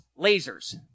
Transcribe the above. lasers